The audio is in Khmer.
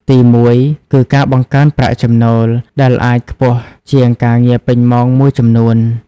ទីមួយ គឺ ការបង្កើនប្រាក់ចំណូល ដែលអាចខ្ពស់ជាងការងារពេញម៉ោងមួយចំនួន។